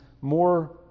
more